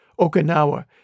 Okinawa